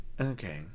okay